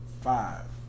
five